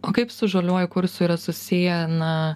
o kaip su žaliuoju kursu yra susiję na